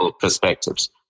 perspectives